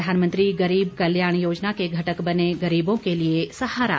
प्रधानमंत्री गरीब कल्याण योजना के घटक बने गरीबों के लिए सहारा